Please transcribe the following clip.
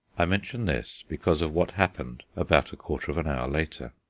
i mention this because of what happened about a quarter of an hour later.